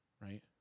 Right